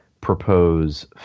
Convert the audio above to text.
propose